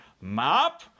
Map